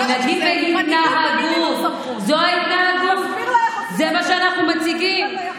מנהיגות זה קודם כול